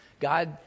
God